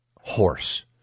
horse